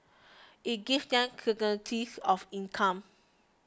it gives them certainty of income